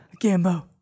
gambo